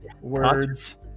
words